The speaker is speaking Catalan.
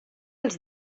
els